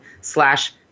slash